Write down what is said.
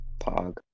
Pog